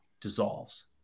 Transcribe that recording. dissolves